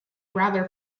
rather